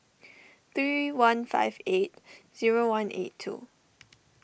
three one five eight zero one eight two